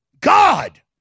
God